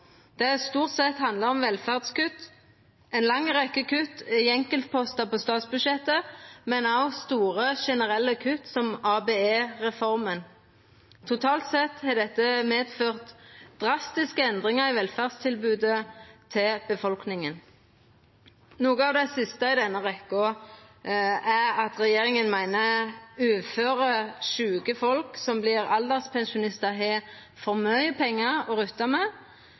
har stort sett handla om velferdskutt. Ei lang rekke kutt er i enkeltpostar på statsbudsjettet, men det er òg store generelle kutt, som ABE-reforma. Totalt sett har dette medført drastiske endringar i velferdstilbodet til befolkninga. Noko av det siste i denne rekka er at regjeringa meiner at uføre og sjuke folk som vert alderspensjonistar, har for mykje pengar å rutta med.